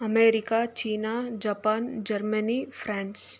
America China Japan Germany France